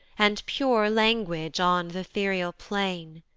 and purer language on th' ethereal plain.